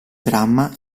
dramma